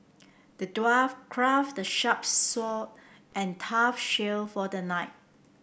the dwarf crafted a sharp sword and tough shield for the knight